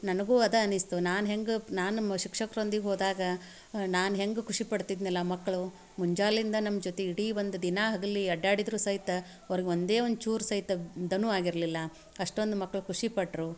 ನನಗೂ ಅದೇ ಅನ್ನಿಸ್ತು ನಾನು ಹೆಂಗೆ ನಾನು ಶಿಕ್ಷಕ್ರೊಂದಿಗೆ ಹೋದಾಗ ನಾನು ಹೆಂಗೆ ಖುಷಿಪಡ್ತಿದ್ನಲ್ಲ ಮಕ್ಕಳು ಮುಂಜಾನಿಂದ ನಮ್ಮ ಜೊತೆ ಇಡೀ ಒಂದು ದಿನ ಹಗ್ಲು ಅಡ್ಡಾಡಿದ್ರೂ ಸಹಿತ ಅವ್ರಿಗೆ ಒಂದೇ ಒಂದು ಚೂರು ಸಹಿತ ದಣು ಆಗಿರಲಿಲ್ಲ ಅಷ್ಟೊಂದು ಮಕ್ಳು ಖುಷಿಪಟ್ಟರು